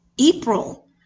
April